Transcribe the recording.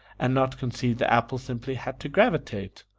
and not concede the apple simply had to gravitate.